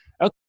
Okay